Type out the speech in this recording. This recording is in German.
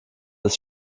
als